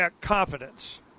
confidence